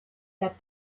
that